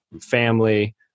family